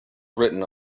written